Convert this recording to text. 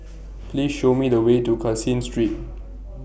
Please Show Me The Way to Caseen Street